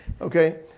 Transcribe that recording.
Okay